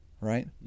Right